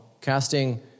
casting